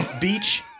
beach